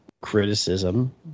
criticism